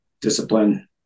discipline